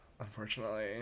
unfortunately